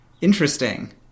Interesting